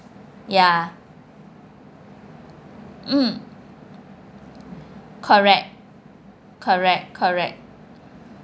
ya mm correct correct correct